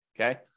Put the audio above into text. okay